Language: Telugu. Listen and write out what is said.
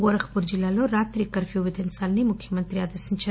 గోరఖ్ పూర్ జిల్లాలో రాత్రి కర్ప్యూ విధించారని ముఖ్యమంత్రి ఆదేశించారు